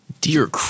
Dear